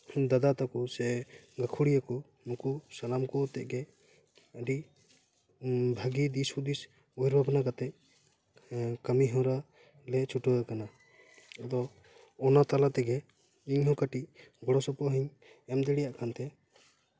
ᱫᱟᱫᱟ ᱛᱟᱠᱚ ᱥᱮ ᱜᱟᱹᱠᱷᱩᱲᱤᱭᱟᱹ ᱠᱚ ᱱᱩᱠᱩ ᱥᱟᱱᱟᱢ ᱠᱚ ᱟᱛᱮᱫ ᱜᱮ ᱟᱹᱰᱤ ᱵᱷᱟᱹᱜᱮ ᱫᱤᱥ ᱦᱩᱫᱤᱥ ᱩᱭᱦᱟᱹᱨ ᱵᱷᱟᱵᱽᱱᱟ ᱠᱟᱛᱮᱫ ᱦᱮᱸ ᱠᱟᱹᱢᱤᱦᱚᱨᱟ ᱞᱟᱹᱭᱤᱧ ᱪᱷᱩᱴᱟᱹᱣ ᱟᱠᱟᱱᱟ ᱟᱫᱚ ᱚᱱᱟ ᱛᱟᱞᱟ ᱛᱮᱜᱮ ᱤᱧᱦᱚᱸ ᱠᱟᱹᱴᱤᱡ ᱜᱚᱲᱚ ᱥᱚᱯᱚᱦᱚᱫ ᱤᱧ ᱮᱢ ᱫᱟᱲᱮᱭᱟᱜ ᱠᱟᱱᱛᱮ